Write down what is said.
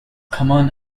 common